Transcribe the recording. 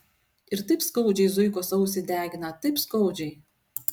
ir taip skaudžiai zuikos ausį degina taip skaudžiai